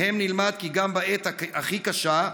מהם נלמד כי גם בעת הכי קשה,